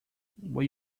will